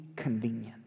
convenient